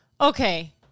Okay